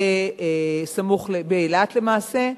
באילת, למעשה,